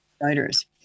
writers